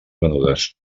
venudes